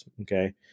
Okay